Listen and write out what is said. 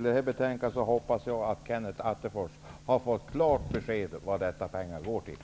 det här betänkandet hoppas jag att Kenneth Attefors har fått klart besked om vad dessa pengar går till.